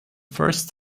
first